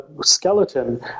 skeleton